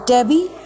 Debbie